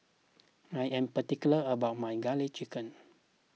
I am particular about my Garlic Chicken